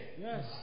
Yes